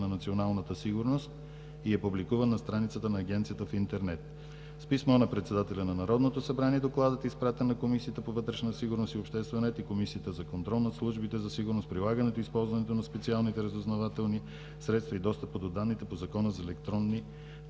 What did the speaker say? на националната сигурност и е публикуван на страницата на Агенцията в интернет. С писмо на председателя на Народното събрание Докладът е изпратен на Комисията по вътрешна сигурност и обществен ред и Комисията за контрол над службите за сигурност, прилагането и използването на специалните разузнавателни средства и достъпа до данните по Закона за електронните